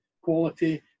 quality